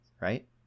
right